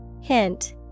Hint